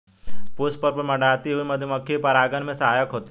पुष्प पर मंडराती हुई मधुमक्खी परागन में सहायक होती है